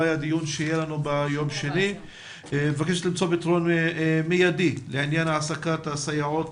למצוא פתרון מיידי לעניין העסקת הסייעות